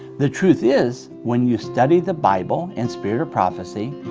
the truth is, when you study the bible and spirit of prophecy,